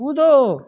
कूदो